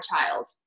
child